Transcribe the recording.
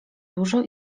dużo